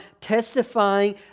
testifying